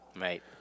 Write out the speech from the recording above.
Right